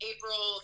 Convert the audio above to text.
April